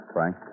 Frank